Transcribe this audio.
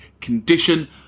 condition